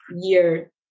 year